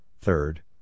third